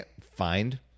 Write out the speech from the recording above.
find